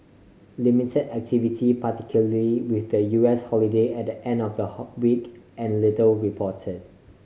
limited activity particularly with the U S holiday at the end of the whole week and little reported